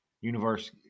universe